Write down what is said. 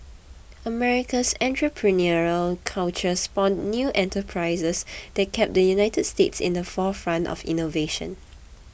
America's entrepreneurial culture spawned new enterprises that kept the United States in the forefront of innovation